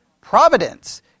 Providence